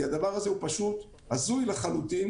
כי הדבר הזה הזוי לחלוטין.